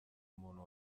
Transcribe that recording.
umuntu